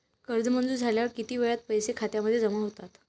कर्ज मंजूर झाल्यावर किती वेळात पैसे खात्यामध्ये जमा होतात?